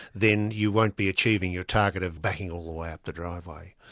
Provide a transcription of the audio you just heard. then you won't be achieving your target of backing all the way up the driveway.